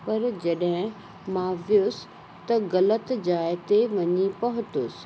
पर जॾहिं मां वियुसि त ग़लति जाए ते वञी पहुतसि